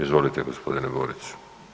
Izvolite g. Boriću.